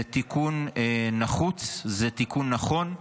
זה תיקון נחוץ, זה תיקון נכון,